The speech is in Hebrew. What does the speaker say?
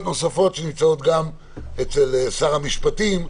נוספות שנמצאות גם אצל שר המשפטים,